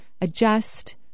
adjust